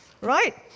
right